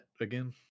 again